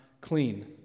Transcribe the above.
clean